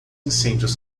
incêndios